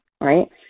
right